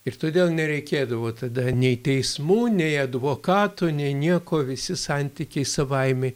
ir todėl nereikėdavo tada nei teismų nei advokatų nei nieko visi santykiai savaime